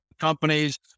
companies